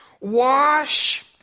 Wash